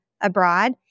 abroad